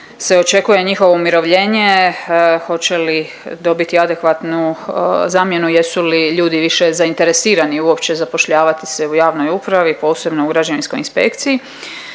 se očekuje njihovo umirovljenje, hoće li dobiti adekvatnu zamjenu, jesu li ljudi više zainteresirani uopće zapošljavati se u javnoj upravi, posebno u građevinskoj inspekciji,